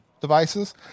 devices